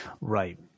right